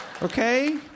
Okay